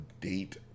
date